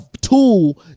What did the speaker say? tool